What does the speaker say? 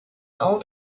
all